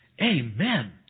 Amen